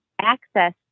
access